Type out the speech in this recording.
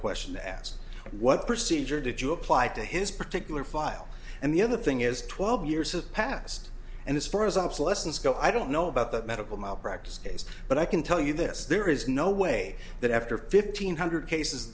question asked what procedure did you apply to his particular file and the other thing is twelve years have passed and as far as obsolescence go i don't know about the medical malpractise case but i can tell you this there is no way that after fifteen hundred cases